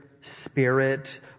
spirit